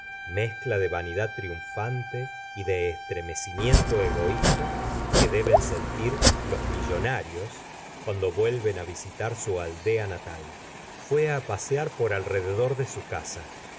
mezcla de vanidad triunfante y de estremecimiento egoísta que deben sentir los millona ri s c lando vuelven á visitar su aldea natal f gustavo fliubert r fué á pasear por alrededor de su casa